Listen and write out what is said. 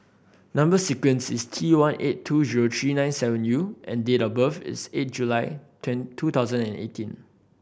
number sequence is T one eight two zero three nine seven U and date of birth is eight July two thousand and eighteen